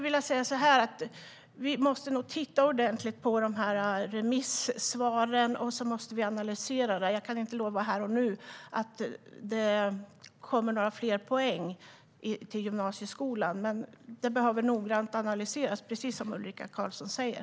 Vi måste nog titta ordentligt på remissvaren och analysera detta. Jag kan inte här och nu lova att det kommer fler poäng i gymnasieskolan. Det behöver analyseras noggrant, precis som Ulrika Carlsson säger.